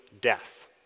death